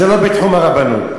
זה לא בתחום הרבנות.